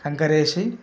కంకర వేసి